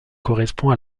correspond